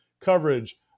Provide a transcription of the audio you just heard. coverage